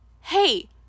hey